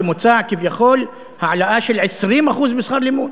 היום, מה שמוצע, כביכול, העלאה של 20% בשכר לימוד,